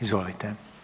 Izvolite.